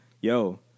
yo